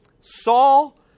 Saul